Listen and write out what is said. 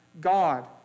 God